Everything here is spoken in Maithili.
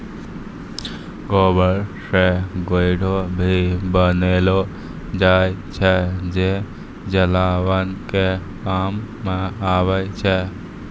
गोबर से गोयठो भी बनेलो जाय छै जे जलावन के काम मॅ आबै छै